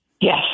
Yes